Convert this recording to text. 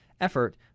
effort